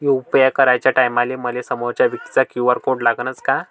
UPI कराच्या टायमाले मले समोरच्या व्यक्तीचा क्यू.आर कोड लागनच का?